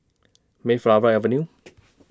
Mayflower Avenue